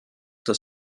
das